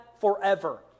forever